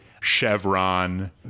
Chevron